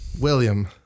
William